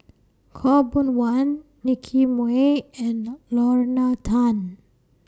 Khaw Boon Wan Nicky Moey and Lorna Tan